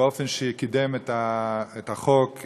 באופן שקידם את החוק,